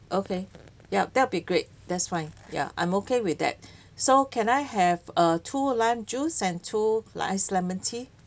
okay yup they'll be great that's fine yeah I'm okay with that so can I have err two lime juice and two ice lemon tea